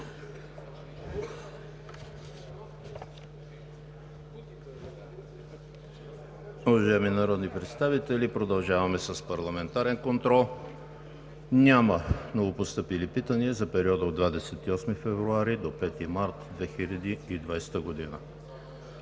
Уважаеми народни представители, продължаваме с: ПАРЛАМЕНТАРЕН КОНТРОЛ. Няма новопостъпили питания за периода от 28 февруари до 5 март 2020 г.